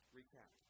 Recap